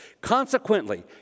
Consequently